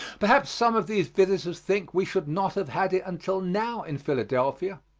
perhaps some of these visitors think we should not have had it until now in philadelphia,